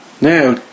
now